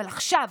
אבל עכשיו,